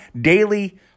daily